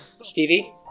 Stevie